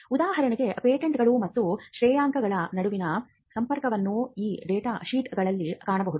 ಉದಾಹರಣೆಗೆ ಪೇಟೆಂಟ್ಗಳು ಮತ್ತು ಶ್ರೇಯಾಂಕಗಳ ನಡುವಿನ ಸಂಪರ್ಕವನ್ನು ಈ ಡೇಟಾ ಶೀಟ್ಗಳಲ್ಲಿ ಕಾಣಬಹುದು